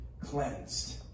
cleansed